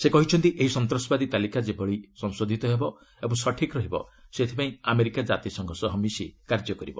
ସେ କହିଛନ୍ତି ଏହି ସନ୍ତାସବାଦୀ ତାଲିକା ଯେପରି ସଂଶୋଧିତ ହେବ ଓ ସଠିକ୍ ରହିବ ସେଥିପାଇଁ ଆମେରିକା ଜାତିସଂଘ ସହ ମିଶି କାର୍ଯ୍ୟ କରିବ